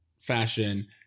fashion